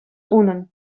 унӑн